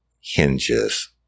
Hinges